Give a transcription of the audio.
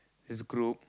this group